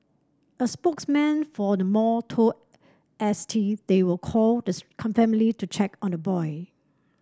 a spokesman for the mall told S T they will call the family to check on the boy